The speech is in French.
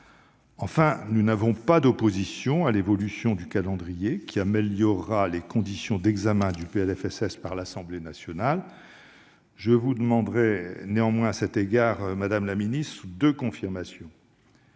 Enfin, nous n'avons pas d'opposition à l'égard de l'évolution du calendrier, qui améliorera les conditions d'examen du PLFSS par l'Assemblée nationale. Je vous demanderai néanmoins à ce sujet, madame la ministre, deux confirmations